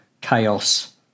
chaos